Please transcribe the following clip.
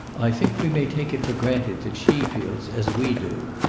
i think we may take it for granted that she feels as we do.